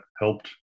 helped